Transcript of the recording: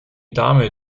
dame